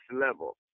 level